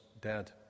dead